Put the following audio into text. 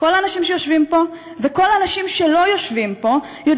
כל האנשים שיושבים פה וכל האנשים שלא